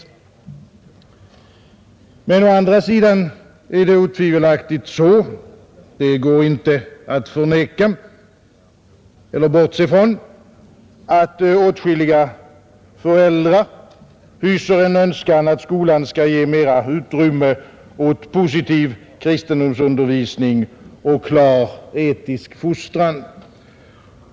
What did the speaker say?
Å andra sidan går det otvivelaktigt inte att bortse ifrån att åtskilliga föräldrar hyser en önskan att skolan skall ge mera utrymme åt positiv kristendomsundervisning och klar etisk fostran.